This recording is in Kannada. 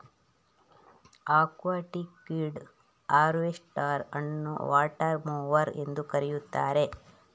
ಅಕ್ವಾಟಿಕ್ವೀಡ್ ಹಾರ್ವೆಸ್ಟರ್ ಅನ್ನುವಾಟರ್ ಮೊವರ್ ಎಂದೂ ಕರೆಯುತ್ತಾರೆ